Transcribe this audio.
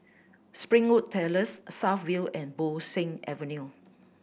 Springwood Terrace South View and Bo Seng Avenue